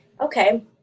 Okay